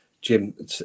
Jim